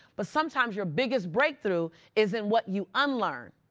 but sometimes your biggest breakthrough is in what you unlearn.